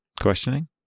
Questioning